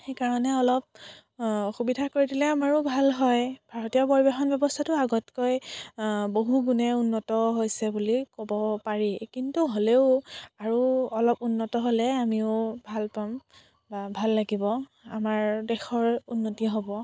সেইকাৰণে অলপ সুবিধা কৰি দিলে আমাৰো ভাল হয় ভাৰতীয় পৰিবহন ব্যৱস্থাটো আগতকৈ বহু গুণে উন্নত হৈছে বুলি ক'ব পাৰি কিন্তু হ'লেও আৰু অলপ উন্নত হ'লে আমিও ভাল পাম বা ভাল লগিব আমাৰ দেশৰ উন্নতি হ'ব